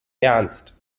ernst